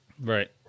right